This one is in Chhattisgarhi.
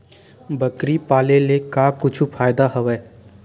बकरी पाले ले का कुछु फ़ायदा हवय?